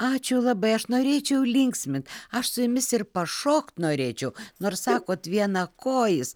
ačiū labai aš norėčiau linksmint aš su jumis ir pašokt norėčiau nors sakot vienakojis